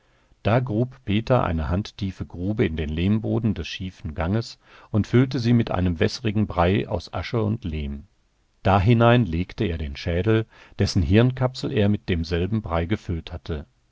da grub peter eine handtiefe grube in den lehmboden des schiefen ganges und füllte sie mit einem wässerigen brei aus asche und lehm dahinein legte er den schädel dessen hirnkapsel er mit demselben brei gefüllt hatte